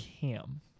cam